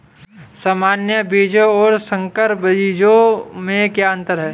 सामान्य बीजों और संकर बीजों में क्या अंतर है?